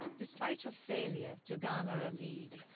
despite her failure to garner a lead,